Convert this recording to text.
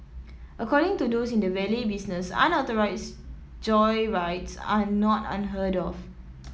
according to those in the valet business unauthorised joyrides are not unheard of